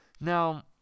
Now